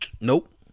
Nope